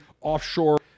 offshore